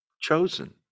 chosen